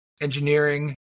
engineering